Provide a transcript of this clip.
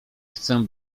chcę